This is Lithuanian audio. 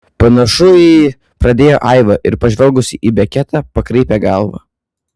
panašu į pradėjo aiva ir pažvelgusi į beketą pakraipė galvą